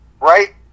right